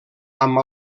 amb